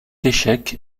échec